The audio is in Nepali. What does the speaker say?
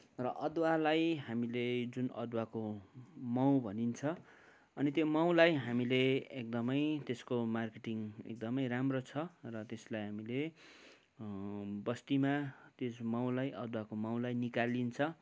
र अदुवालाई हामीले जुन अदुवाको माउ भनिन्छ अनि त्यो माउलाई हामीले एकदमै त्यसको मार्केटिङ एकदमै राम्रो छ र त्यसलाई हामीले बस्तीमा त्यस माउलाई अदुवाको माउलाई निकालिन्छ